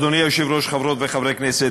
אדוני היושב-ראש, חברות וחברי הכנסת,